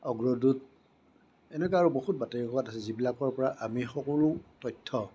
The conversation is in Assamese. অগ্ৰদূত এনেকুৱা আৰু বহুত বাতৰি কাকত আছে যিবিলাকৰপৰা আমি সকলো তথ্য